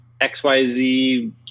XYZ